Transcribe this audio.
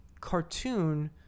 cartoon